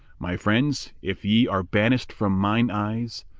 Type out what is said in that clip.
my friends! if ye are banisht from mine eyes,